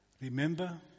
Remember